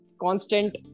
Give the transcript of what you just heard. constant